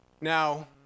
Now